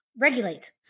Regulate